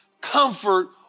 Comfort